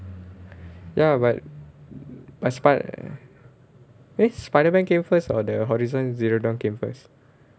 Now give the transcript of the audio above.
ya but but spi~ eh spiderman came first or the horizon zero dawn came first